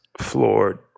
floored